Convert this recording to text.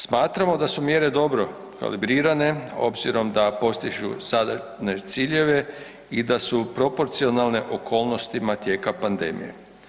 Smatramo da su mjere dobro elibrirane obzirom da postižu sadašnje ciljeve i da su proporcionalne okolnostima tijeka pandemije.